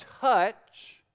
touch